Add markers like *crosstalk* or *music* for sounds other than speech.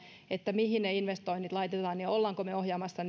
mihin ne investoinnit laitetaan ja olemmeko me ohjaamassa *unintelligible*